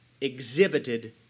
exhibited